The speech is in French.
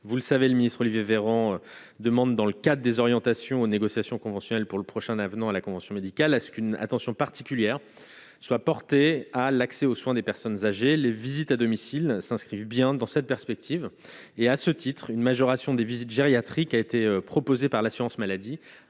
vous le savez le ministre Olivier Véran demande dans le cadre des orientations aux négociations conventionnelles pour le prochain un avenant à la convention médicale à ce qu'une attention particulière soit portée à l'accès aux soins des personnes âgées, les visites à domicile s'inscrivent bien dans cette perspective et à ce titre une majoration des visites gériatrique a été proposé par l'assurance maladie,